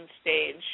stage